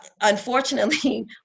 unfortunately